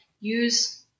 use